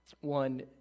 One